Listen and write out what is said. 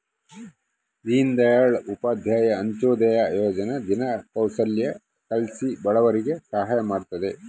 ದೀನ್ ದಯಾಳ್ ಉಪಾಧ್ಯಾಯ ಅಂತ್ಯೋದಯ ಯೋಜನೆ ದಿನ ಕೌಶಲ್ಯ ಕಲ್ಸಿ ಬಡವರಿಗೆ ಸಹಾಯ ಮಾಡ್ತದ